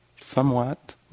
somewhat